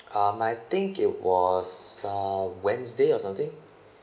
um I think it was uh wednesday or something